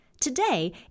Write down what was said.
Today